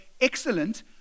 excellent